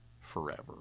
forever